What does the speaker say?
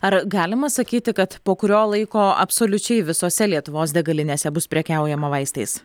ar galima sakyti kad po kurio laiko absoliučiai visose lietuvos degalinėse bus prekiaujama vaistais